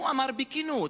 הוא אמר בכנות: